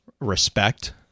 respect